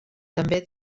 també